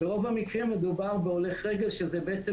ברוב המקרים מדובר בהולך רגל שזה בעצם